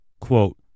quote